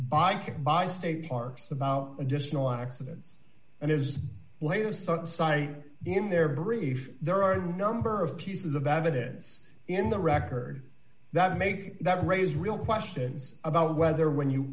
kit by state parks about additional accidents and is the latest site in their brief there are a number of pieces of evidence in the record that make that raises real questions about whether when you